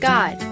God